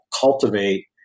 cultivate